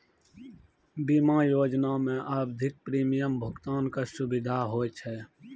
बीमा योजना मे आवधिक प्रीमियम भुगतान के सुविधा होय छै